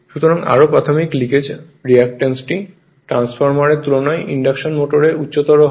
সুতরাং আরও প্রাথমিক লিকেজ রিঅ্যাক্ট্যান্সটিও ট্রান্সফরমারের তুলনায় ইন্ডাকশন মোটরে উচ্চতর হয়